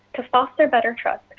to sponsor better trust,